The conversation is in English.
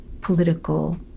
political